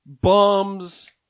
Bums